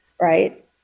right